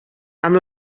amb